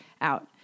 out